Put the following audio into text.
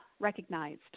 recognized